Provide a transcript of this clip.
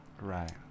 Right